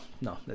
no